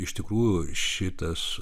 iš tikrųjų šitas